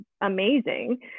amazing